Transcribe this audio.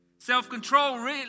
Self-control